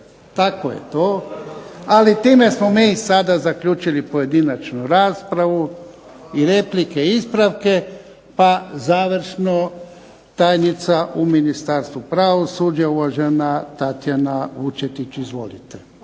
Tako je to, ali time smo mi sada zaključili pojedinačnu raspravu i replike i ispravke. Pa završno tajnica u Ministarstvu pravosuđa, uvažena Tatjana Vučetić. Izvolite,